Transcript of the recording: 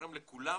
גורם לכולם